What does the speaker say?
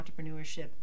entrepreneurship